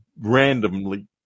randomly